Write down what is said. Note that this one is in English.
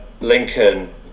Lincoln